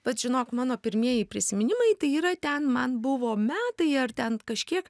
vat žinok mano pirmieji prisiminimai tai yra ten man buvo metai ar ten kažkiek